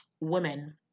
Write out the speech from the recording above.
women